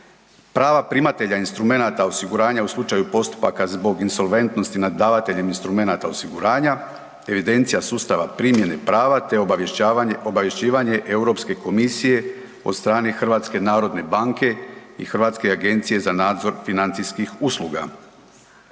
prava primatelja instrumenata osiguranja u slučaju postupaka zbog insolventnosti nad davateljem instrumenata osiguranja, evidencija sustava primjene prava, te obavješćavanje, obavješćivanje Europske komisije od strane HNB-a i Hrvatske agencije za nadzor financijskih usluga.